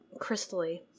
crystally